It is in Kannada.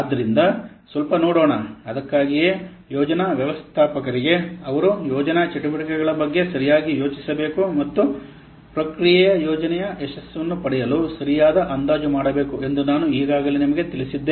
ಆದ್ದರಿಂದ ಸ್ವಲ್ಪ ನೋಡೋಣ ಅದಕ್ಕಾಗಿಯೇ ಯೋಜನಾ ವ್ಯವಸ್ಥಾಪಕರಿಗೆ ಅವರು ಯೋಜನಾ ಚಟುವಟಿಕೆಗಳ ಬಗ್ಗೆ ಸರಿಯಾಗಿ ಯೋಜಿಸಬೇಕು ಮತ್ತು ಪ್ರಕ್ರಿಯೆಯ ಯೋಜನೆಯ ಯಶಸ್ಸನ್ನು ಪಡೆಯಲು ಸರಿಯಾದ ಅಂದಾಜು ಮಾಡಬೇಕು ಎಂದು ನಾನು ಈಗಾಗಲೇ ನಿಮಗೆ ತಿಳಿಸಿದ್ದೇನೆ